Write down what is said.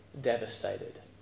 devastated